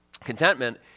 contentment